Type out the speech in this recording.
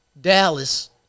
Dallas